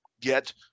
get